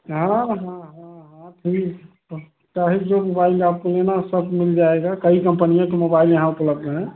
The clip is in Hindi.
हाँ हाँ हाँ हाँ ठीक चाहे जो मोबाइल आपको लेना हो सब मिल जाएगा कई कंपनियों के मोबाइल यहाँ उपलब्ध हैं